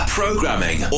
programming